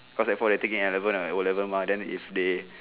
cause sec four they taking N level and O level mah then if they